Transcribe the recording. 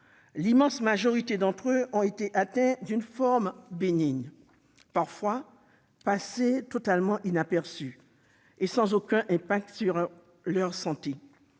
l'immense majorité de ces professionnels ont été atteints d'une forme bénigne, parfois passée totalement inaperçue et sans aucun impact sur leur état